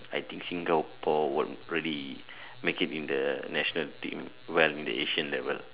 I think Singapore will really make it in the national team well in the Asian level